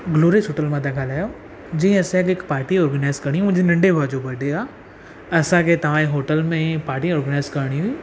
glorious hotel मां था ॻाल्हायो जी असांखे पाटी ऑर्गनाइज़ करिणी हुई मुंहिंजे नंढे भाउ जो बडे आहे असांखे तव्हांजे होटल में पाटी ऑर्गनाइज़ करिणी हुई